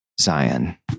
Zion